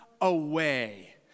away